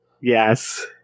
Yes